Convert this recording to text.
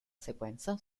sequenza